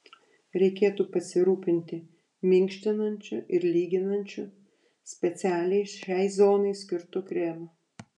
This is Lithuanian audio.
reikėtų pasirūpinti minkštinančiu ir lyginančiu specialiai šiai zonai skirtu kremu